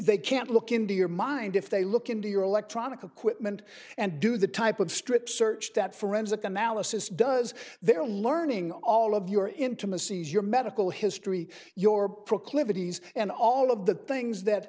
they can't look into your mind if they look into your electronic equipment and do the type of strip search that forensic analysis does they're learning all of your intimacies your medical history your proclivities and all of the things that